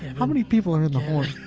how many people are in the horn?